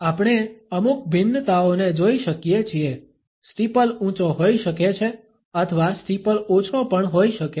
આપણે અમુક ભિન્નતાઓને જોઈ શકીએ છીએ સ્ટીપલ ઊંચો હોઈ શકે છે અથવા સ્ટીપલ ઓછો પણ હોઈ શકે છે